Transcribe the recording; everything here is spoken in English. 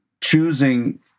choosing